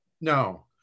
No